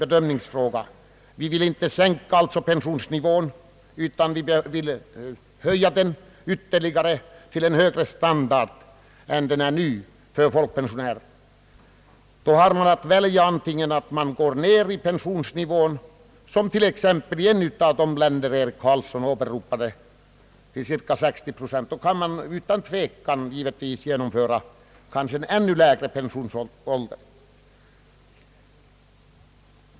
Vi vill inte sänka pensionsnivån, utan vi vill höja den ytterligare för folkpensionärerna. Om man går ned i pensionsnivå till cirka 60 procent, som i ett av de länder som herr Carlsson åberopade, kan man utan tvivel ha ännu lägre pensionsålder.